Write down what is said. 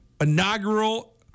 inaugural